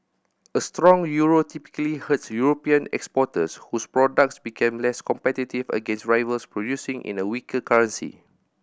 a strong euro typically hurts European exporters whose products become less competitive against rivals producing in a weaker currency